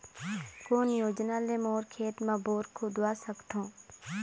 कोन योजना ले मोर खेत मा बोर खुदवा सकथों?